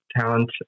talent